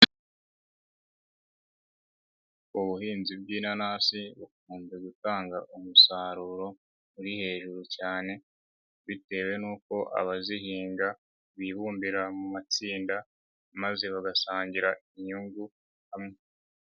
Ubuhinzi bw'inanasi, bukunze gutanga umusaruro, uri hejuru cyane, bitewe n'uko abazihinga, bibumbira mu matsinda, maze bagasangira inyungu, hamwe.